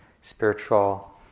spiritual